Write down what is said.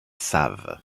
save